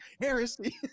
Heresy